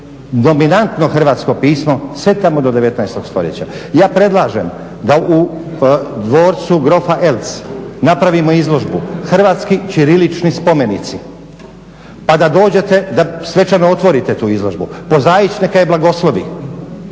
dominantno hrvatsko pismo sve tamo do 19. stoljeća. Ja predlažem da u dvorcu grofa Eltz napravimo izložbu hrvatski ćirilični spomenici pa da dođete da svečano otvorite tu izložbu, Pozaić neka je blagoslovi